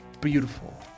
Beautiful